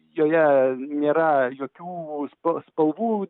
joje nėra jokių sp spalvų